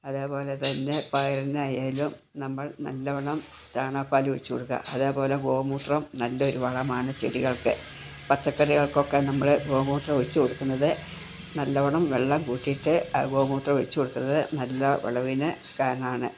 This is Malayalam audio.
അതേപോലെതന്നെ പയറിനായാലും നമ്മൾ നല്ലവണ്ണം ചാണകപ്പാൽ ഒഴിച്ചു കൊടുക്കുക അതേപോലെ ഗോമൂത്രം നല്ലൊരു വളമാണ് ചെടികൾക്ക് പച്ചക്കറികൾക്കൊക്കെ നമ്മൾ ഗോമൂത്രം ഒഴിച്ചു കൊടുക്കുന്നത് നല്ലവണ്ണം വെള്ളം കൂട്ടിയിട്ട് ആ ഗോമൂത്രം ഒഴിച്ചു കൊടുക്കുന്നത് നല്ല വിളവിനു കാരണമാണ്